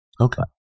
Okay